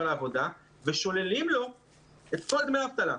לעבודה ושוללים לו את כל דמי האבטלה.